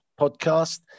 podcast